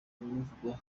bimuvugwaho